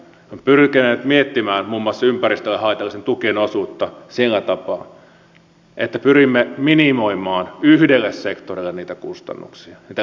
olemme pyrkineet miettimään muun muassa ympäristölle haitallisten tukien osuutta sillä tapaa että pyrimme minimoimaan yhdelle sektorille niitä kustannuksia ja niitä leikkauksia